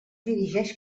dirigeix